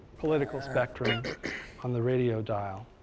political spectrum on the radio dial.